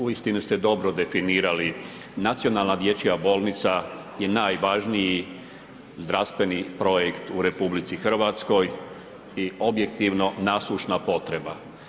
Uistinu ste dobro definirali, nacionalna dječja bolnica je najvažniji zdravstveni projekt u RH i objektivno naslušna potreba.